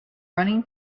running